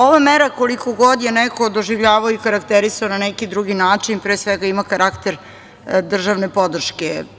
Ova mera, koliko god je neko doživljavao i karakterisao na neki drugi način, pre svega ima karakter državne podrške.